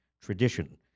tradition